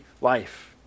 life